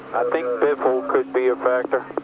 think biffle could be a factor.